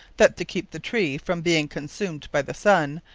that to keepe the tree from being consumed by the sun,